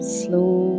slow